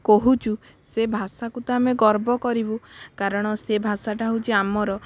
କହୁଛୁ ସେ ଭାଷାକୁ ତ ଆମେ ଗର୍ବ କରିବୁ କାରଣ ସେ ଭାଷାଟା ହେଉଛି ଆମର